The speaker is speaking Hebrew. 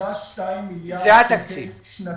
1.2 מיליארד שקל שנתי.